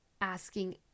asking